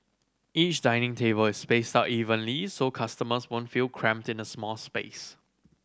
each dining table is spaced out evenly so customers won't feel cramped in a small space